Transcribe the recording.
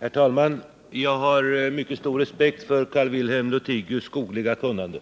Herr talman! Jag har mycket stor respekt för Carl-Wilhelm Lothigius skogliga kunnande,